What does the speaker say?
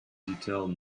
detail